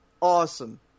Awesome